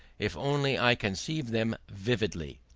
if only i conceive them vividly?